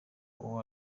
uwo